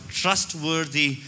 trustworthy